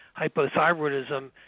hypothyroidism